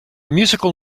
musical